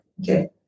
Okay